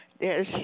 Yes